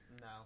No